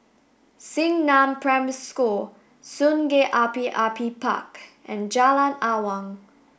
Xingnan Primary School Sungei Api Api Park and Jalan Awang